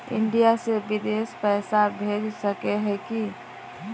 India से बिदेश पैसा भेज सके है की?